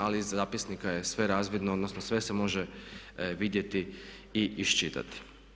Ali iz zapisnika je sve razvidno, odnosno sve se može vidjeti i iščitati.